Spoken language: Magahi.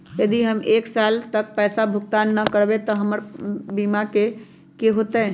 यदि हम एक साल तक पैसा भुगतान न कवै त हमर बीमा के की होतै?